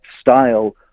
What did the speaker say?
style